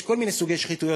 יש כל מיני סוגי שחיתויות,